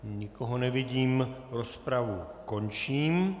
Nikoho nevidím, rozpravu končím.